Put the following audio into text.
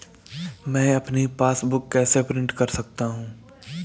मैं अपनी पासबुक कैसे प्रिंट कर सकता हूँ?